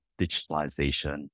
digitalization